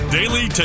Daily